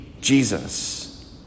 Jesus